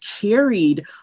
carried